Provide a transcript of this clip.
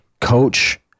coach